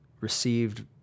received